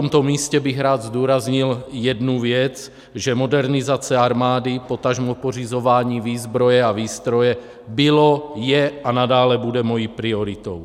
Na tomto místě bych rád zdůraznil jednu věc, že modernizace armády, potažmo pořizování výzbroje a výstroje bylo, je a nadále bude mou prioritou.